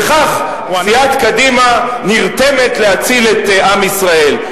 בכך סיעת קדימה נרתמת להציל את עם ישראל.